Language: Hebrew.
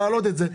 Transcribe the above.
להעלות את זה.